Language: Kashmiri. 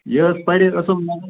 یہِ حظ پرِہے اَصٕل مگر